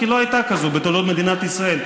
כי לא הייתה כזאת בתולדות מדינת ישראל,